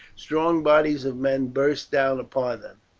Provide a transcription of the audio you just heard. strong bodies of men burst down upon them.